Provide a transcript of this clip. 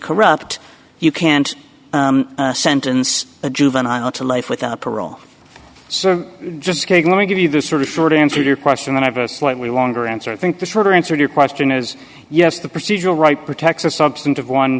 corrupt you can't sentence a juvenile to life without parole sir just going to give you this sort of short answer your question i have a slightly longer answer think the shorter answer your question is yes the procedural right protects a substantive one